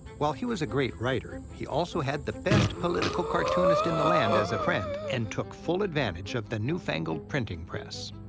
while he was a great writer, he also had the best political cartoonist in the land as a friend and took full advantage of the new-fangled printing press.